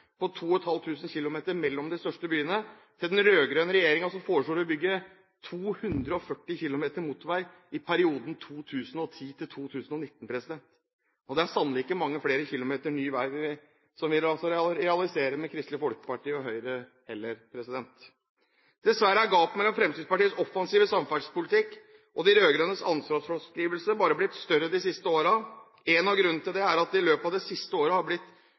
2 500 km mellom de største byene, til den rød-grønne regjeringen, som foreslår å bygge 240 km motorvei i perioden 2010–2019. Og det er sannelig ikke mange flere kilometer ny vei som vil la seg realisere med Kristelig Folkepartis og Høyres politikk heller. Dessverre er gapet mellom Fremskrittspartiets offensive samferdselspolitikk og de rød-grønnes ansvarsfraskrivelse bare blitt større de siste årene. En av grunnene til det er at det i løpet av de siste årene har blitt